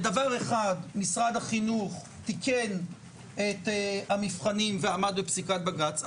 בדבר אחד משרד החינוך תיקן את המבחנים ועמד בפסיקת בג"ץ,